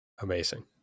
Amazing